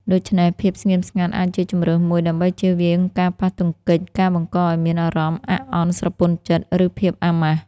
ដូច្នេះ ភាពស្ងៀមស្ងាត់អាចជាជម្រើសមួយ ដើម្បីជៀសវាងការប៉ះទង្គិច ការបង្កឱ្យមានអារម្មណ៍អាក់អន់ស្រពន់ចិត្ត ឬភាពអាម៉ាស់។